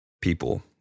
people